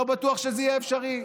לא בטוח שזה יהיה אפשרי.